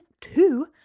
two